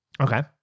Okay